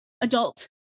adult